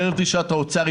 חרף דרישת האוצר,